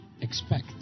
expect